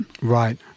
Right